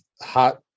hot